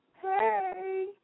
Hey